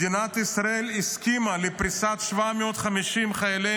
מדינת ישראל הסכימה לפריסת 750 חיילי